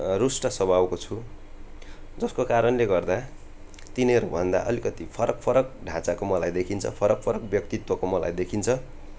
रुष्ट स्वभावको छु जसको कारणले गर्दा तिनीहरूभन्दा अलिकति फरक फरक ढाँचाको मलाई देखिन्छ फरक फरक व्यक्तित्वको मलाई देखिन्छ